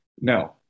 No